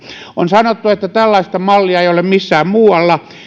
on sanottu että tällaista mallia ei ole missään muualla